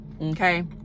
Okay